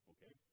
Okay